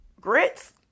grits